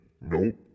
Nope